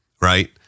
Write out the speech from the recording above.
Right